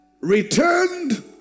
returned